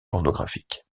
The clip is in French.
pornographique